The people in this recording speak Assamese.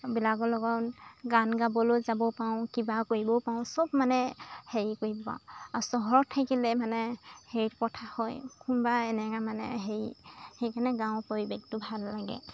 বিলাকৰ লগত গান গাবলৈ যাব পাওঁ কিবা কৰিবও পাওঁ চব মানে হেৰি কৰিব পাওঁ আৰু চহৰত থাকিলে মানে হেৰিত কথা হয় কোনোবা এনেকৈ মানে হেৰি সেইকাৰণে গাঁৱৰ পৰিৱেশটো ভাল লাগে